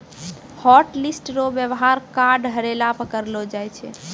hotlist रो वेवहार card हेरैला पर करलो जाय छै